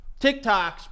TikToks